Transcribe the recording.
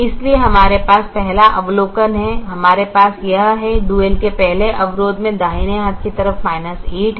इसलिए हमारे पास पहला अवलोकन है हमारे पास यह है डुअल के पहले अवरोध में दाहिने हाथ की तरफ 8 है